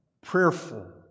prayerful